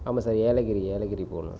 ஆமாம் சார் ஏலகிரி ஏலகிரி போகணும்